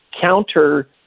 counter